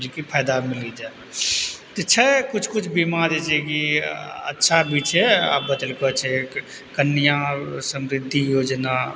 जे कि फायदा मिलि जाइ तऽ छै किछु किछु बीमा जैसे की अच्छा भी छै कन्या समृद्धि योजना